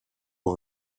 aux